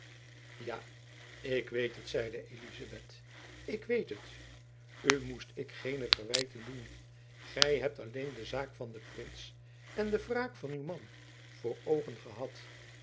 ja ik weet het zeide elizabeth ik weet het u moest ik geene verwijten doen gy hebt alleen de zaak van den prins en de wraak van uw man voor oogen gehad